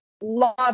love